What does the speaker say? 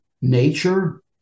nature